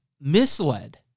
misled